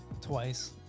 Twice